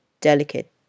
Delicate